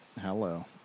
Hello